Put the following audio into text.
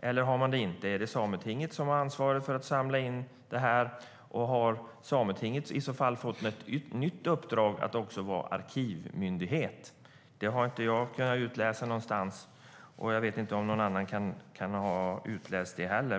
eller inte? Är det sametinget som är ansvarigt för att samla in detta? Har sametinget i så fall fått ett nytt uppdrag att också vara arkivmyndighet? Det har jag inte kunnat utläsa någonstans, och jag vet inte om någon annan har kunnat göra det heller.